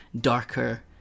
darker